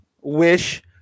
Wish